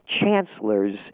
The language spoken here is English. chancellors